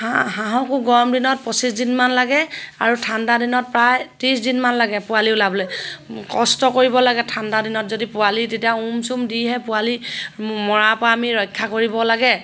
হাঁহ হাঁহকো গৰম দিনত পঁচিছ দিনমান লাগে আৰু ঠাণ্ডা দিনত প্ৰায় ত্ৰিছ দিনমান লাগে পোৱালি ওলাবলৈ কষ্ট কৰিব লাগে ঠাণ্ডা দিনত যদি পোৱালি তেতিয়া উম চুম দিহে পোৱালি মৰাৰ পৰা আমি ৰক্ষা কৰিব লাগে